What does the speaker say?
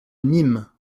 nîmes